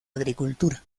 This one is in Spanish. agricultura